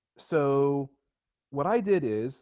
so what i did is